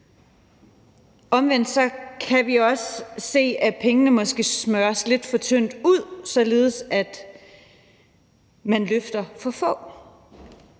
Omvendt kan vi også se, at pengene måske smøres lidt for tyndt ud, således at man løfter for få.